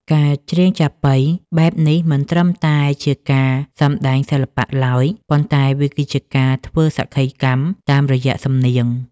ការច្រៀងចាប៉ីបែបនេះមិនត្រឹមតែជាការសម្តែងសិល្បៈឡើយ ប៉ុន្តែវាគឺជាការធ្វើសក្ខីកម្មតាមរយ:សំនៀង។